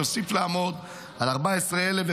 אני חשבתי שצריך לעשות אותה הוראת קבע.